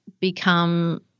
become